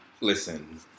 listen